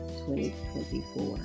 2024